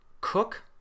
cook